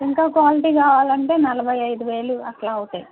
ఇంకా క్వాలిటీ కావాలి అంటే నలభై ఐదు వేలు అట్లా అవుతాయి